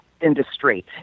industry